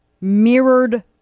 mirrored